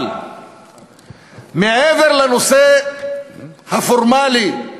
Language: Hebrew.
אבל מעבר לנושא הפורמלי יש